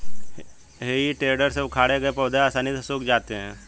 हेइ टेडर से उखाड़े गए पौधे आसानी से सूख जाते हैं